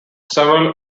several